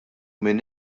minn